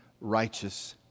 righteous